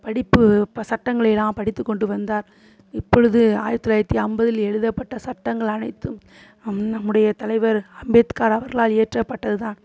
படிப்பு ப சட்டங்களை எல்லாம் படித்துக் கொண்டு வந்தார் இப்பொழுது ஆயிரத்தி தொள்ளாயிரத்தி ஐம்பதில் எழுதப்பட்ட சட்டங்கள் அனைத்தும் அம் நம்முடைய தலைவர் அம்பேத்கார் அவர்களால் இயற்றப்பட்டது தான்